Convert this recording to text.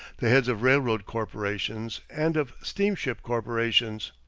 the heads of railroad corporations and of steamship corporations.